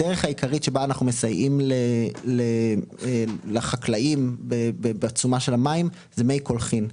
הדרך העיקרית שבה אנחנו מסייעים לחקלאים בתשומה של המים זה מי קולחין.